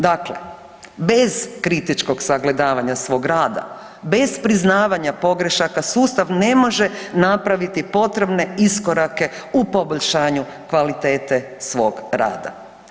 Dakle, bez kritičkog sagledavanja svog rada, bez priznavanja pogrešaka sustav ne može napraviti potrebne iskorake u poboljšanju kvalitete svog rada.